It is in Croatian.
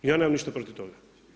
Ja nemam ništa protiv toga.